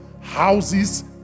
houses